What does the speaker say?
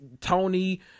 Tony